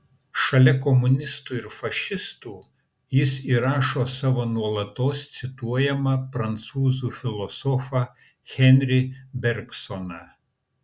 šalia komunistų ir fašistų jis įrašo savo nuolatos cituojamą prancūzų filosofą henri bergsoną